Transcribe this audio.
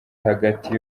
hagati